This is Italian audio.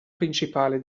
principale